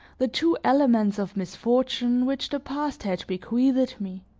the two elements of misfortune which the past had bequeathed me